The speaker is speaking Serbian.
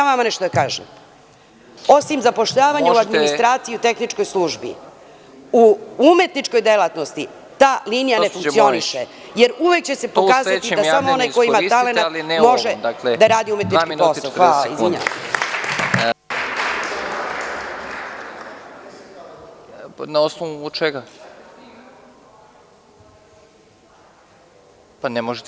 Da vam kažem, osim zapošljavanja u administraciji i tehničkoj službi, u umetničkoj delatnosti ta linija ne funkcioniše, jer uvek će se pokazati da samo onaj ko ima talenat može da radi umetnički posao.